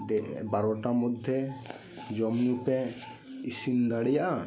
ᱰᱮ ᱵᱟᱨᱚᱴᱟ ᱢᱚᱫᱽᱫᱷᱮ ᱡᱚᱢ ᱧᱩ ᱯᱮ ᱤᱥᱤᱱ ᱫᱟᱲᱮᱭᱟᱜ ᱟ